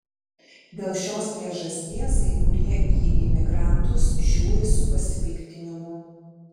dėl šios priežasties kai kurie į imigrantus žiūri su pasipiktinimu